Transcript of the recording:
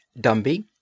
Dumby